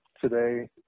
today